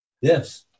yes